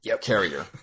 carrier